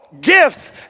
gifts